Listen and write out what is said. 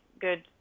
good